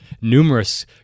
numerous